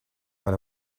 but